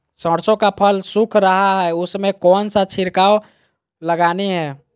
सरसो का फल सुख रहा है उसमें कौन सा छिड़काव लगानी है?